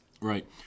Right